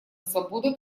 свободу